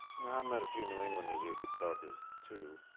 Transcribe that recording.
met a few new englanders who were good talkers too.